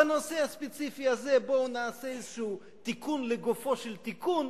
בנושא הספציפי הזה בואו נעשה איזה תיקון לגופו של תיקון,